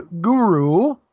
guru